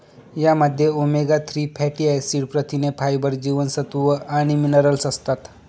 यामध्ये omega three fatty acid, प्रथिने, fibre, जीवनसत्व आणि मिनरल्स असतात